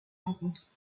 rencontre